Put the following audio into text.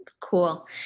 Cool